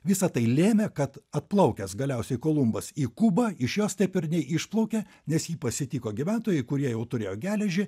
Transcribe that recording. visa tai lėmė kad atplaukęs galiausiai kolumbas į kubą iš jos taip ir neišplaukė nes jį pasitiko gyventojai kurie jau turėjo geležį